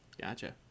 Gotcha